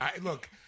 Look